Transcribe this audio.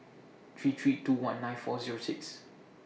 three three two one nine four Zero six